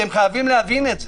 אתם חייבים להבין את זה.